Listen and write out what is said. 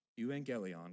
Evangelion